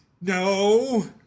No